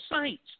saints